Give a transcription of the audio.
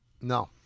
No